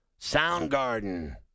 Soundgarden